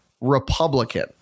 Republican